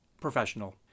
professional